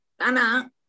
Tana